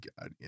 God